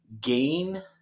gain